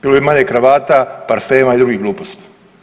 Bilo bi manje kravata, parfema i drugih gluposti.